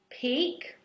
peak